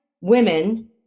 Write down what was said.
women